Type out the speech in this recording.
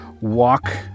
walk